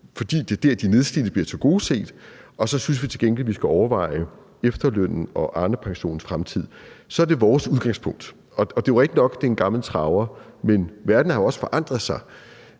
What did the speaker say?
fordi det er der, de nedslidte bliver tilgodeset, og at vi så til gengæld synes, at vi skal overveje efterlønnens og Arnepensionens fremtid, så er det vores udgangspunkt. Det er rigtigt nok, at det er en gammel traver, men verden har jo også forandret sig.